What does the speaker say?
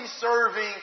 serving